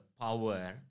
power